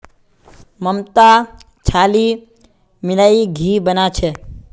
ममता छाली मिलइ घी बना छ